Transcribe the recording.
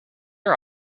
are